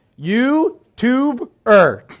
YouTuber